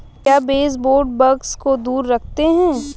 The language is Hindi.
क्या बेसबोर्ड बग्स को दूर रखते हैं?